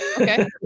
Okay